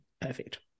Perfect